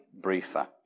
briefer